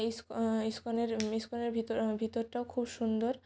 এই ইস্কনের ইস্কনের ভিতর ভিতরটাও খুব সুন্দর